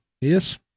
yes